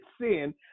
sin